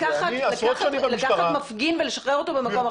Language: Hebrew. לקחת מפגין ולשחרר אותו במקום אחר?